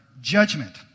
judgment